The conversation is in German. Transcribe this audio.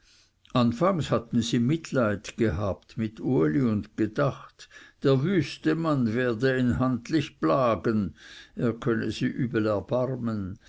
anfangs hatten sie mitleid gehabt mit uli und gedacht der wüste mann werde ihn handlich plagen er könne sie übel erbarmen